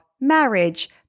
marriage